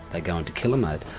they go into killer mode.